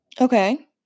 Okay